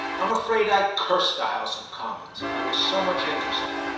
i'm afraid i cursed the house of commons i was so much interested.